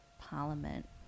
parliament